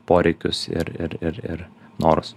poreikius ir ir ir ir norus